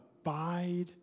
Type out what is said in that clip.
abide